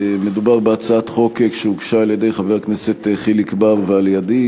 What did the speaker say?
מדובר בהצעת חוק שהוגשה על-ידי חבר הכנסת חיליק בר ועל-ידי